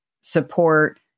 support